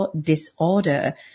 disorder